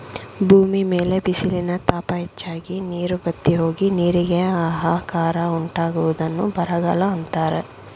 ಭೂಮಿ ಮೇಲೆ ಬಿಸಿಲಿನ ತಾಪ ಹೆಚ್ಚಾಗಿ, ನೀರು ಬತ್ತಿಹೋಗಿ, ನೀರಿಗೆ ಆಹಾಕಾರ ಉಂಟಾಗುವುದನ್ನು ಬರಗಾಲ ಅಂತರೆ